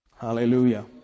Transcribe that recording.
Hallelujah